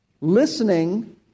listening